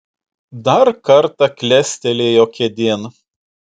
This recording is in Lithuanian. dar kartą klestelėjo kėdėn